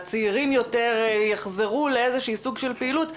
הצעירים יותר נחזור לאיזשהו סוג של פעילות,